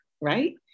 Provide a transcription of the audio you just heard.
right